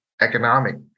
economic